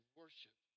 worship